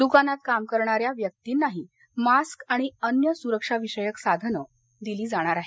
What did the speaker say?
दुकानात काम करणाऱ्या व्यक्तींनाही मास्क आणि अन्य सूरक्षाविषयक साधनं दिली जाणार आहेत